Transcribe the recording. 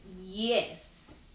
yes